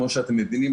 כמו שאתם מבינים,